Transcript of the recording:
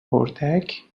اردک